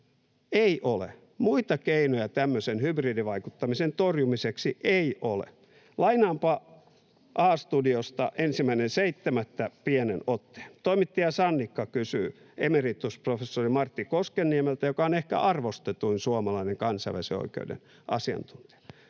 Ei ole. Muita keinoja tämmöisen hybridivaikuttamisen torjumiseksi ei ole. Lainaanpa A-studiosta 1.7. pienen otteen: Toimittaja Sannikka kysyi emeritusprofessori Martti Koskenniemeltä, joka on ehkä arvostetuin suomalainen kansainvälisen oikeuden asiantuntija: